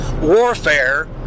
warfare